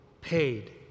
paid